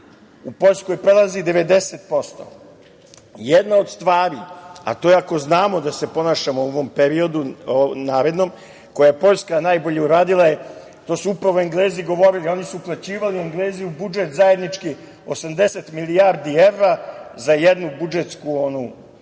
u Poljskoj prelazi 90%. Jedna od stvari, a to je ako znamo da se ponašamo u ovom periodu narednom, koju je Poljska najbolje uradila, to su upravo Englezi govorili, oni su uplaćivali u budžet zajednički 80 milijardi evra za jednu budžetsku od